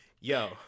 Yo